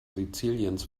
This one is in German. siziliens